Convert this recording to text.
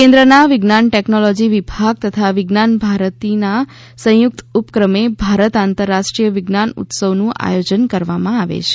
કેન્દ્રના વિજ્ઞાન ટેકનોલોજી વિભાગ તથા વિજ્ઞાન ભારતીના સંયુક્ત ઉપક્રમે ભારત આંતરરાષ્ટ્રીય વિજ્ઞાન ઉત્સવનું આયોજન કરવામાં આવે છે